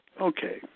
okay